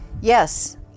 Yes